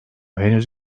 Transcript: henüz